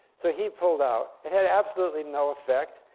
so he pulled out. it had absolutely no effect.